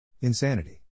Insanity